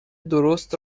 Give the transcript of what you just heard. درست